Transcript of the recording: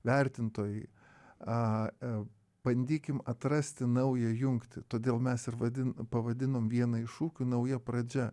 vertintojai bandykim atrasti naują jungtį todėl mes ir vadin pavadinom vieną iš šūkių nauja pradžia